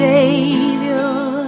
Savior